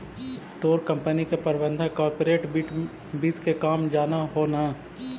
तोर कंपनी के प्रबंधक कॉर्पोरेट वित्त के काम जान हो न